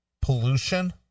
pollution